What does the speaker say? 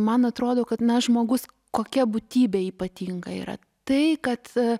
man atrodo kad na žmogus kokia būtybė ypatinga yra tai kad